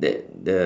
that the